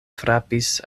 frapis